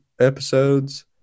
episodes